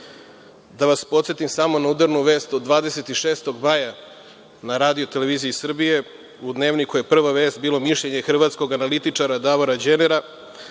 vas podsetim samo na udarnu vest od 26. maja na RTS-u, u dnevniku je prva vest bilo mišljenje hrvatskog analitičara Davora Đenera,